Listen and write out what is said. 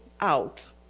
out